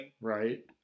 Right